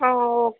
ஆ ஓ